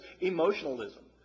emotionalism